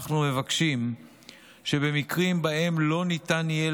אנחנו מבקשים שבמקרים שבהם לא ניתן יהיה